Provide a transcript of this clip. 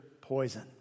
poison